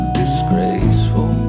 disgraceful